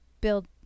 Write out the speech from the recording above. build